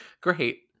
Great